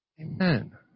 Amen